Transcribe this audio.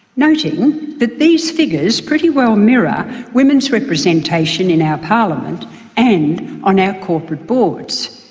noting that these figures pretty well mirror women's representation in our parliament and on our corporate boards.